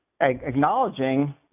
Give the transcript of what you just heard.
acknowledging